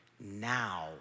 Now